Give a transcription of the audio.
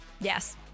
Yes